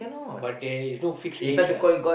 but there is no fixed age lah